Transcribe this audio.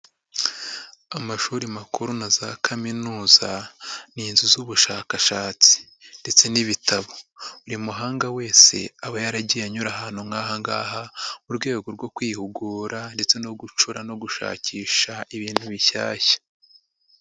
Amashuri makuru na za kaminuza ni inzu z'ubushakashatsi ndetse n'ibitabo, buri muhanga wese aba yaragiye anyura ahantu nk'ahangaha mu rwego rwo kwihugura ndetse no gucura no gushakisha ibintu bishyashya.